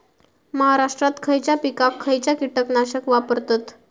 महाराष्ट्रात खयच्या पिकाक खयचा कीटकनाशक वापरतत?